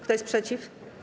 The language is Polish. Kto jest przeciw?